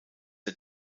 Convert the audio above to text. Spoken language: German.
der